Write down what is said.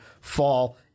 fall